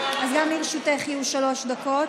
אז גם לרשותך יהיו שלוש דקות.